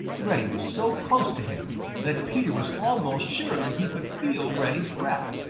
reddy was so close to him that peter was almost sure that he could feel reddy's breath.